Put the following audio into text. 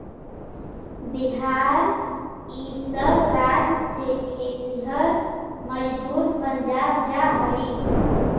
बिहार इ सब राज्य से खेतिहर मजदूर पंजाब जा हई